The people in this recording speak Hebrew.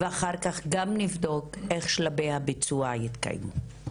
ואחר כך גם נבדוק איך שלבי הביצוע יתקיימו.